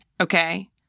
okay